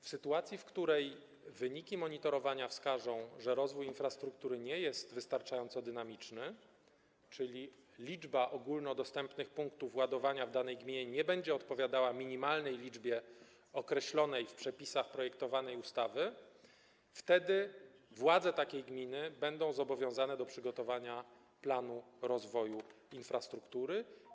W sytuacji, w której wyniki monitorowania wskażą, że rozwój infrastruktury nie jest wystarczająco dynamiczny, czyli liczba ogólnodostępnych punktów ładowania w danej gminie nie będzie odpowiadała minimalnej liczbie określonej w przepisach projektowanej ustawy, władze takiej gminy będą zobowiązane do przygotowania planu rozwoju infrastruktury.